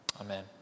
Amen